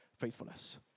faithfulness